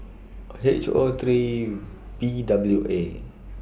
H O three V W A